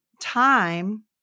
time